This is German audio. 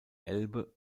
elbe